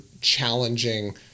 challenging